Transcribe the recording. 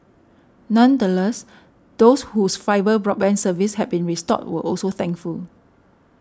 nonetheless those whose fibre broadband service had been restored were also thankful